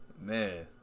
Man